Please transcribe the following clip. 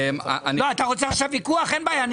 אנחנו